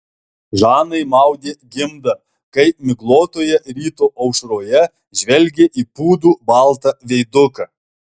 žanai maudė gimdą kai miglotoje ryto aušroje žvelgė į pūdų baltą veiduką